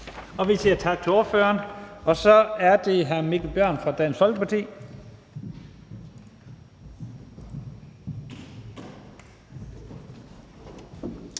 Vi siger tak til ordføreren. Og så er det hr. Mikkel Bjørn fra Dansk Folkeparti.